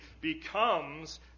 becomes